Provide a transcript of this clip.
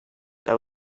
that